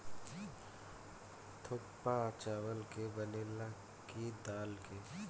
थुक्पा चावल के बनेला की दाल के?